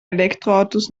elektroautos